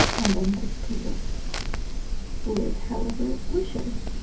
and then this can just live however it wishes.